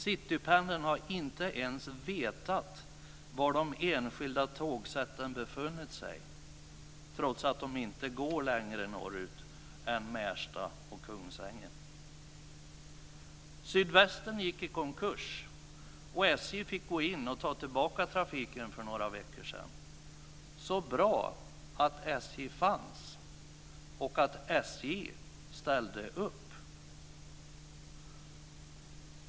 Citypendeln har inte ens vetat var de enskilda tågseten befunnit sig - trots att de inte går längre norrut än Märsta och Kungsängen. Sydvästen gick i konkurs, och SJ fick gå in och ta tillbaka trafiken för några veckor sedan. Så bra att SJ fanns och att SJ ställde upp!